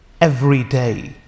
everyday